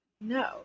No